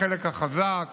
החלק החזק,